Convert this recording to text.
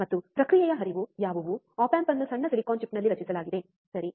ಮತ್ತು ಪ್ರಕ್ರಿಯೆಯ ಹರಿವು ಯಾವುವು ಆಪ್ ಆಂಪ್ ಅನ್ನು ಸಣ್ಣ ಸಿಲಿಕಾನ್ ಚಿಪ್ನಲ್ಲಿ ರಚಿಸಲಾಗಿದೆ ಸರಿ